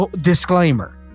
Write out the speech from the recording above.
Disclaimer